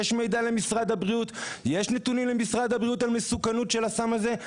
יש נתונים למשרד הבריאות על המסוכנות של הסם הזה?